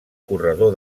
corredor